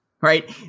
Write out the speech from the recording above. right